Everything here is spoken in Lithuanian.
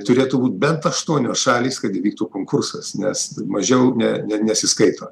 turėtų būt bent aštuonios šalys kad įvyktų konkursas nes mažiau ne ne nesiskaito